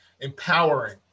empowering